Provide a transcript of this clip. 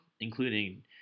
including